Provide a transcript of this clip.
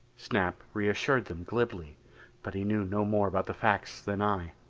snap reassured them glibly but he knew no more about the facts than i.